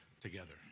together